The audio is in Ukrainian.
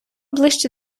ближче